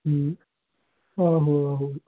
ਹਮ ਆਹੋ ਆਹੋ